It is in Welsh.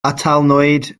atalnwyd